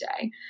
day